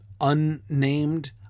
unnamed